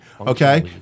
okay